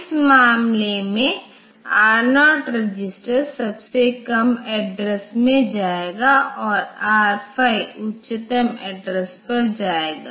इस मामले में R0 रजिस्टर सबसे कम एड्रेस में जाएगा और R5 उच्चतम एड्रेसपर जाएगा